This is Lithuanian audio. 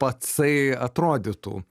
pacai atrodytų